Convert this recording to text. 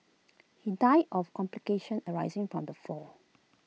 he died of complications arising from the fall